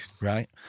Right